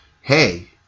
hey